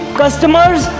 customers